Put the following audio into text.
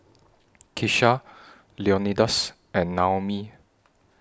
Kisha Leonidas and Naomi